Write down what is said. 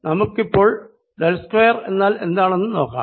നമുക്കിപ്പോൾ del square എന്നാൽ എന്താണെന്ന് നോക്കാം